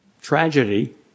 tragedy